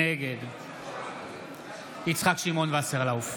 נגד יצחק שמעון וסרלאוף,